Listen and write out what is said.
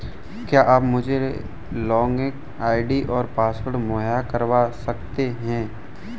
क्या आप मुझे लॉगिन आई.डी और पासवर्ड मुहैय्या करवा सकते हैं?